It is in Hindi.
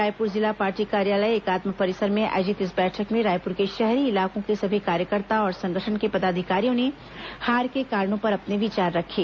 रायपुर जिला पार्टी कार्यालय एकात्म परिसर में आयोजित इस बैठक में रायपुर के शहरी इलाकों के सभी कार्यकर्ता और संगठन के पदाधिकारियों ने हार के कारणों पर अपने विचार रखें